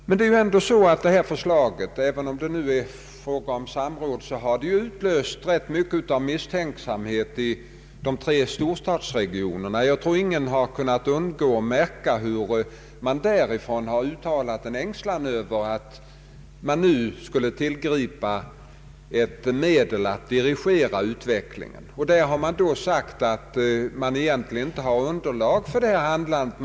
Men även om det är fråga om samråd har förslaget ändå utlöst rätt mycken misstänksamhet i de tre storstadsregionerna. Ingen har väl kunnat undgå att märka hur man därifrån har uttalat ängslan över att vi nu skulle tillgripa ett medel att dirigera utvecklingen. Man har sagt att det egentligen inte finns underlag för ett sådant handlande.